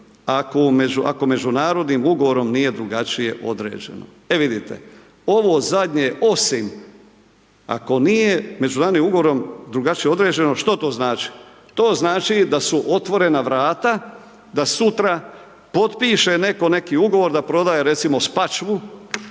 ako međunarodnim ugovorom nije drugačije određeno. E vidite ovo zadnje osim ako nije međunarodnim ugovorom drugačije određeno, što to znači, to znači da su otvorena vrata, da sutra potpiše neko neki ugovor da prodaje recimo Spačvu,